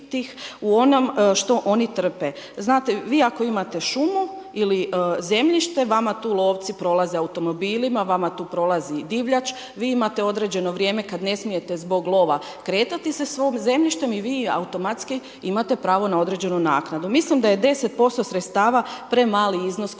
u onom što oni trpe. Znate, vi ako imate šumu ili zemljište, vama tu lovci prolaze automobilima, vama tu prolazi divljač, vi imate određeno vrijem kad ne smijete zbog lova kretati se svojim zemljištem i vi automatski imate pravo na određenu naknadu. Mislim da je 10% sredstava premali iznos koji